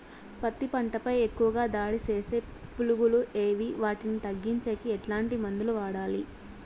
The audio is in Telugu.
పత్తి పంట పై ఎక్కువగా దాడి సేసే పులుగులు ఏవి వాటిని తగ్గించేకి ఎట్లాంటి మందులు వాడాలి?